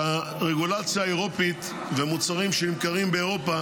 שהרגולציה האירופית ומוצרים שנמכרים באירופה